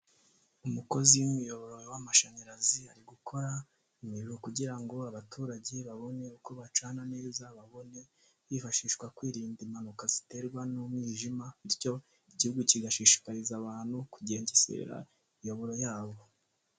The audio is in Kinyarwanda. Umukozi w 'imiyoboro w'amashanyarazi ari gukora imiriro kugira ngo abaturage babone uko bacana neza babone bifashishwa kwirinda impanuka ziterwa n'umwijima bityo igihugu kigashishikariza abantu kugengesera imiyoboro yabo.